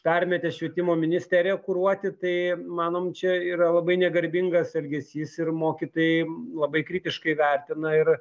permetė švietimo ministeriją kuruoti tai manom čia yra labai negarbingas elgesys ir mokytojai labai kritiškai vertina ir